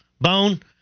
Bone